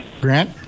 Grant